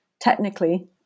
technically